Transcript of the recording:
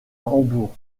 hambourg